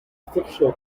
fictional